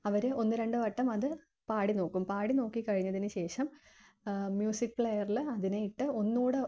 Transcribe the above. അവര് ഒന്നു രണ്ടു വട്ടം അത് പാടിനോക്കും പാടിനോക്കി കഴിഞ്ഞതിന് ശേഷം മ്യൂസിക് പ്ലെയറില് അതിനെ ഇട്ട് ഒന്നുകൂടെ